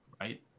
right